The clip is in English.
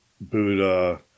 Buddha